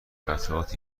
قطعات